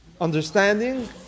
understanding